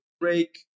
break